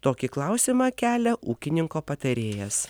tokį klausimą kelia ūkininko patarėjas